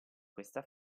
questa